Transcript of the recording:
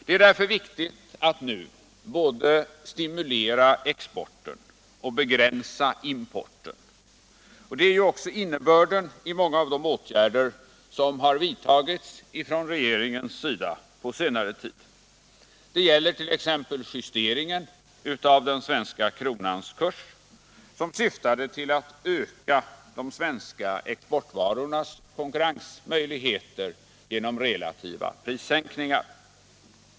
Det är därför viktigt att nu både stimulera exporten och begränsa importen, och det är ju också innebörden i många av de åtgärder som har vidtagits ifrån regeringens sida på senare tid. Det gäller t.ex. justeringen av den svenska kronans kurs, som syftade till att öka de svenska exportvarornas konkurrensmöjligheter genom relativa prissänkningar.